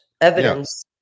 evidence